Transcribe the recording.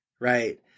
Right